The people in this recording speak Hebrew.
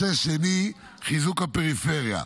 2. חיזוק הפריפריה,